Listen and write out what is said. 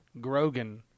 Grogan